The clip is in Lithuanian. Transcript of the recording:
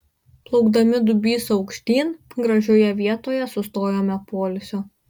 plaukdami dubysa aukštyn gražioje vietoje sustojome poilsio